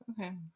Okay